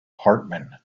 hartman